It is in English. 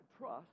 trust